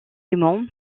simon